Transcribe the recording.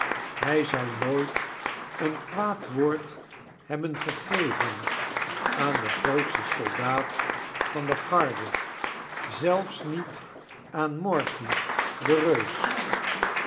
hy zou nooit een kwaad woord hebben gegeven aan den grootsten soldaat van de garde zelfs niet aan morphy den reus